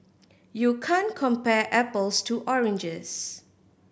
you can't compare apples to oranges